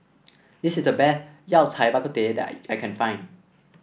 this is the Yao Cai Bak Kut Teh that I I can find